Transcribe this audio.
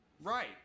Right